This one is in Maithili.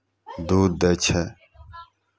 दूध दै छै